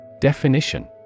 Definition